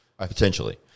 Potentially